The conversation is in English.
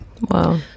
Wow